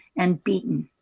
and beaten.